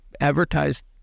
advertised